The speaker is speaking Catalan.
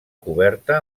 coberta